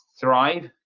thrive